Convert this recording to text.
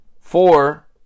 Four